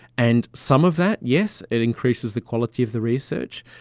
and some of that, yes, it increases the quality of the research,